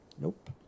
Nope